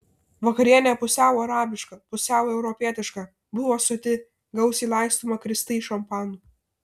vakarienė pusiau arabiška pusiau europietiška buvo soti gausiai laistoma kristai šampanu